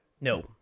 No